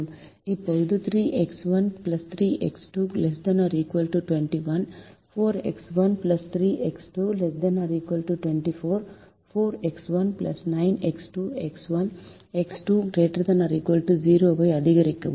இப்போது 3X1 3X2 ≤ 21 4X1 3X2 ≤ 24 10X1 9X2 X1 X2 ≥ 0 ஐ அதிகரிக்கவும்